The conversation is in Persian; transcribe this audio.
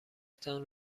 تان